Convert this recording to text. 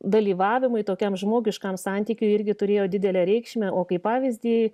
dalyvavimui tokiam žmogiškam santykiui irgi turėjo didelę reikšmę o kaip pavyzdį